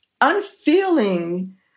unfeeling